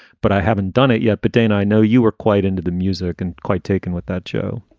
but i haven't done it yet. but dan, i know you were quite into the music and quite taken with that show